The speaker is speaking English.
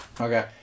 Okay